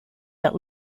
that